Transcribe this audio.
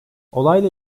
olayla